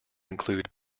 include